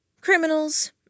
Criminals